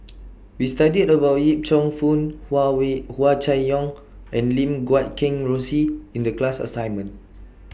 We studied about Yip Cheong Fun Huawei Hua Chai Yong and Lim Guat Kheng Rosie in The class assignment